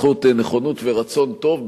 בזכות נכונות ורצון טוב,